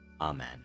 Amen